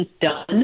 done